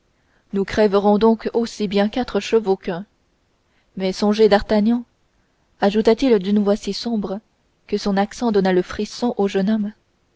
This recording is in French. nous crèverons donc aussi bien quatre chevaux qu'un mais songez d'artagnan ajouta-t-il d'une voix si sombre que son accent donna le frisson au jeune homme